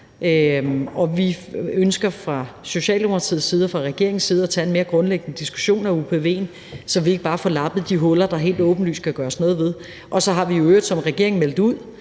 vi ønsker fra Socialdemokratiets side og fra regeringens side at tage en mere grundlæggende diskussion af upv'en, så vi ikke bare får lappet de huller, der helt åbenlyst skal gøres noget ved. Og så har vi i øvrigt som regering meldt ud,